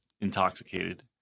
intoxicated